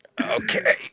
Okay